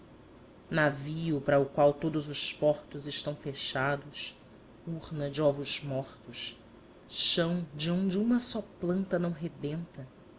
navio para o qual todos os portos estão fechados urna de ovos mortos chão de onde uma só planta não rebenta